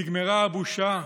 נגמרה הבושה?